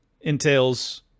entails